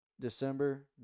December